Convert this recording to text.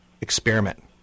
experiment